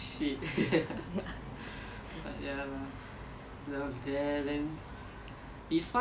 is it vi your track experience is not complete if you have not omitted